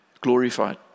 glorified